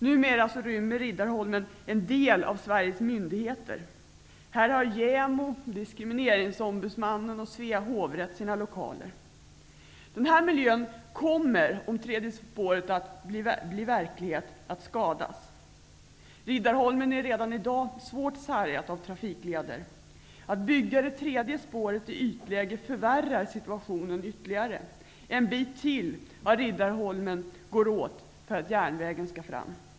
Numera rymmer Riddarholmen en del av Sveriges myndigheter. Här har JämO, diskrimineringsombudsmannen och Denna miljö kommer, om tredje spåret blir verklighet, att skadas. Riddarholmen är redan i dag svårt sargat av trafikleder. Att bygga det tredje spåret i ytläge förvärrar situationen ytterligare. En bit till av Riddarholmen går åt för att järnvägen skall fram.